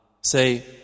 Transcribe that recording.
Say